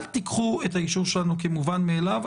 אל תיקחו את האישור שלנו כמובן מאליו,